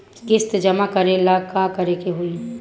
किस्त जमा करे ला का करे के होई?